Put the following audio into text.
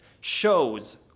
shows